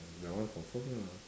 mm that one confirm lah